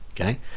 okay